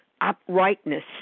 uprightness